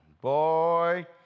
boy